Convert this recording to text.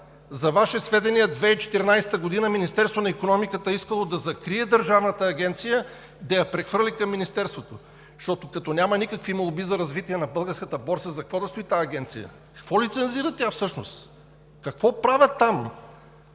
За Ваше сведение през 2014 г. Министерството на икономиката е искало да закрие Държавната агенция, да я прехвърли към Министерството, защото като няма никакви молби за развитие на Българската борса, за какво да стои тази агенция?! Какво лицензира тя всъщност?! Какво правят там?!